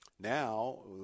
Now